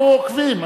אנחנו עוקבים,